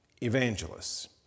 evangelists